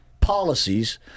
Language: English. policies